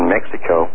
Mexico